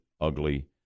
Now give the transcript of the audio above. ugly